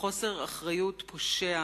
ובחוסר אחריות פושע,